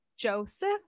joseph